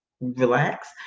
relax